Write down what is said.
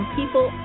people